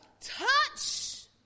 touch